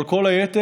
אבל כל היתר,